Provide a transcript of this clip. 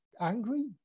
angry